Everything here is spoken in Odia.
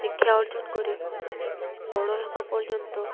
ଶିକ୍ଷା ଅର୍ଜନ କରି ବଡ଼ ହେବା ପର୍ଯ୍ୟନ୍ତ